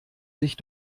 sich